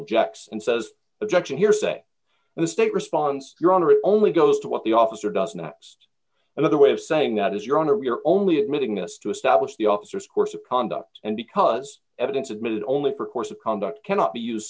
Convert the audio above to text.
objects and says objection hearsay and the state response your honor it only goes to what the officer does not just another way of saying that is your honor we're only admitting us to establish the officer's course of conduct and because evidence admitted only for course of conduct cannot